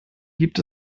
gibt